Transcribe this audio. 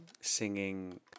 singing